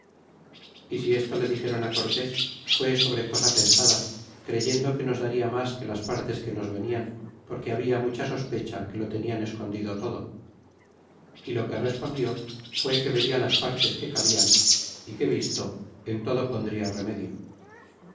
y si esto le dixeron cortés fue sobre cosa pensada creyendo que nos daria mas que las partes que nos venian porque habia mucha sospecha que lo tenian escondido todo y lo que respondió fue que verla las partes que cabian é que visto en todo pondria remedio